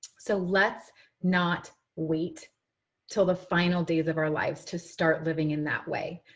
so let's not wait till the final days of our lives to start living in that way.